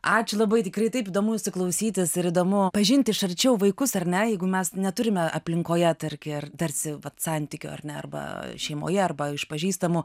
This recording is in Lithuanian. ačiū labai tikrai taip įdomu klausytis ir įdomu pažinti iš arčiau vaikus ar ne jeigu mes neturime aplinkoje tarkir tarsi vat santykio ar ne arba šeimoje arba iš pažįstamų